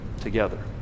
together